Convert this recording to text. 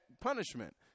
punishment